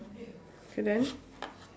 K then